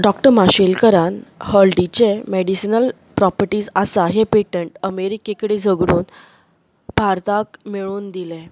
doctor माशेलकरान हळडीचे medicinal properties आसा हें पेटंट अमेरिके कडेन झगडून भारताक मेळोवन दिलें